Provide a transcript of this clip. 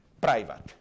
private